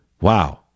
Wow